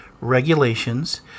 regulations